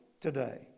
today